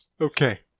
Okay